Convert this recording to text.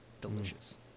Delicious